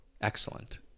excellent